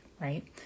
right